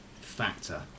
factor